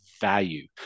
value